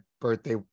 birthday